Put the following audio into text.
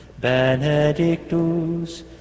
benedictus